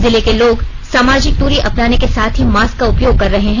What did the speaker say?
जिले के लोग सामाजिक दूरी अपनाने के साथ ही मास्क का उपयोग कर रहे हैं